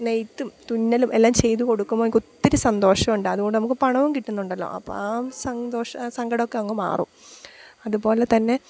നെയ്ത്തും തുന്നലും എല്ലാം ചെയ്തു കൊടുക്കുമ്പോൾ എനിക്ക് ഒത്തിരി സന്തോഷമുണ്ട് അതുകൊണ്ട് നമുക്ക് പണവും കിട്ടുന്നുണ്ടല്ലോ അപ്പോൾ ആ സന്തോഷം സങ്കടമൊക്കെ അങ്ങുമാറും അതുപോലെതന്നെ